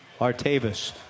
Artavis